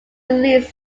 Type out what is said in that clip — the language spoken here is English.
release